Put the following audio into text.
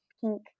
pink